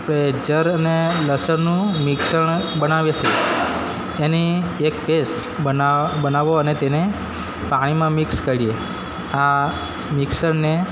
pager અને લસણનું મિશ્રણ બનાવીએ છીએ એની એક પેસ્ટ બના બનાવો અને તેને પાણીમાં મિક્ષ કરીએ આ મિક્ષર ને